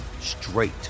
straight